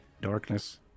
darkness